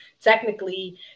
technically